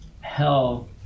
hell